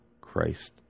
Christ